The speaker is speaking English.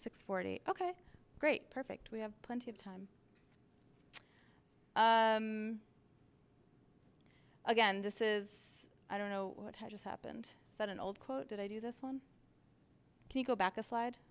six forty ok great perfect we have plenty of time again this is i don't know what has just happened is that an old quote that i do this one can go back a slide